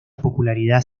popularidad